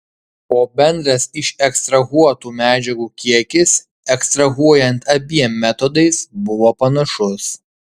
o bendras išekstrahuotų medžiagų kiekis ekstrahuojant abiem metodais buvo panašus